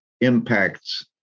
impacts